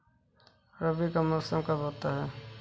रबी का मौसम कब होता हैं?